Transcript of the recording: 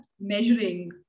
measuring